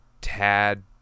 tad